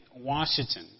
Washington